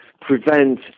prevent